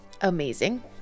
Amazing